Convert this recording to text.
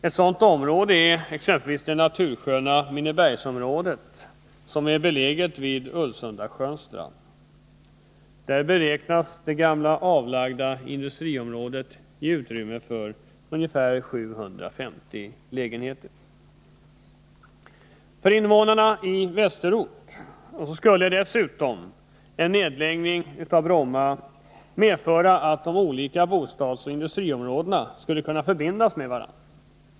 Ett sådant område är exempelvis det natursköna Minnebergsområdet, som är beläget vid Ulvsundasjöns strand. Där beräknas det gamla, avlagda industriområdet ge utrymme för ungefär 750 lägenheter. För invånarna i västerort skulle dessutom en nedläggning av Bromma medföra att de olika bostadsoch industriområdena skulle kunna förbindas med varandra.